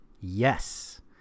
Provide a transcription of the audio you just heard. yes